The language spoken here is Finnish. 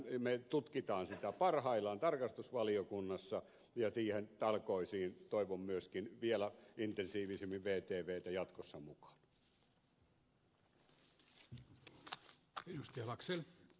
me tutkimme sitä parhaillaan tarkastusvaliokunnassa ja niihin talkoisiin toivon myöskin vielä intensiivisemmin vtvtä jatkossa mukaan